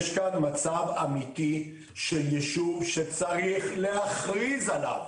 יש כאן מצב אמיתי של יישוב, שצריך להכריז עליו